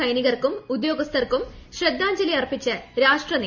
സൈനികർക്കും ഉദ്യോഗസ്ഥർക്കും ശ്രദ്ധാഞ്ജലി അർപ്പിച്ച് രാഷ്ട നേതാക്കൾ